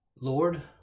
Lord